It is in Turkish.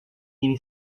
yeni